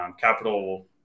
capital